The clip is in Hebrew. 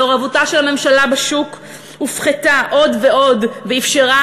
מעורבותה של הממשלה בשוק הופחתה עוד ועוד ואפשרה